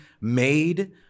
made